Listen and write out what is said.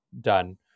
done